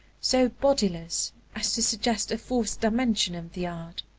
so bodiless as to suggest a fourth dimension in the art.